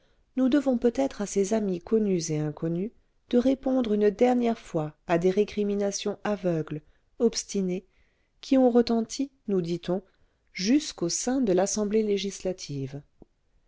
nous devons peut-être à ces amis connus et inconnus de répondre une dernière fois à des récriminations aveugles obstinées qui ont retenti nous dit-on jusqu'au sein de l'assemblée législative